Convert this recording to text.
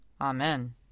Amen